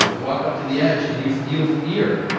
walk up to the edge and you feel fear.